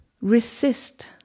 resist